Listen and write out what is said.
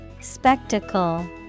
Spectacle